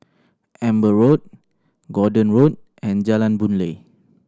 Amber Road Gordon Road and Jalan Boon Lay